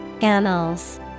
Annals